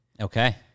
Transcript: Okay